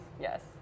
yes